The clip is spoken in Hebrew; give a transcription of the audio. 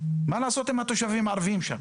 מה לעשות עם התושבים הערביים שם?